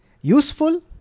Useful